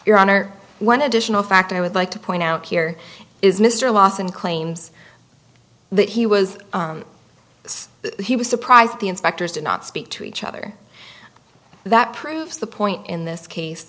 your honor one additional factor i would like to point out here is mr lawson claims that he was he was surprised the inspectors did not speak to each other that proves the point in this case